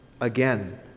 again